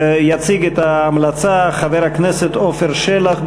יציג את ההמלצה חבר הכנסת עפר שלח.